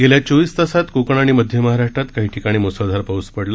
गेल्या चोविस तासांत कोकण आणि मध्य महाराष्ट्रात काही ठिकाणी मुसळधार पाऊस पडला